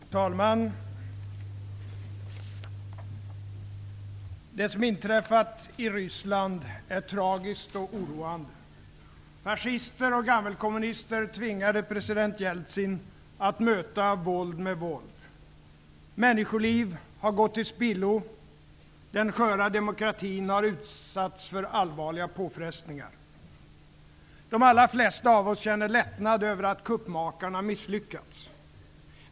Fru talman! Det som inträffat i Ryssland är tragiskt och oroande. Fascister och gammelkommunister tvingade president Jeltsin att möta våld med våld. Människoliv har gått till spillo. Den sköra demokratin har utsatts för allvarliga påfrestningar. De allra flesta av oss känner lättnad över att kuppmakarna misslyckats.